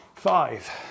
Five